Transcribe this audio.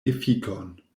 efikon